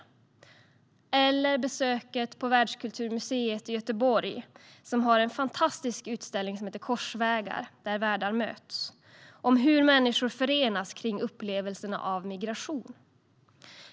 Jag kan också nämna besöket på Världskulturmuseet i Göteborg, som har en fantastisk utställning som heter Korsvägar - Där världar möts och handlar om hur människor förenas kring upplevelserna av migration.